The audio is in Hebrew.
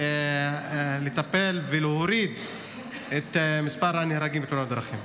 לטפל ולהוריד את מספר הנהרגים בתאונות הדרכים.